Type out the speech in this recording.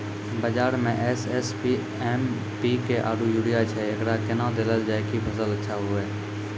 बाजार मे SSP, MPK आरु यूरिया छैय, एकरा कैना देलल जाय कि फसल अच्छा हुये?